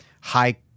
high